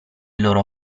loro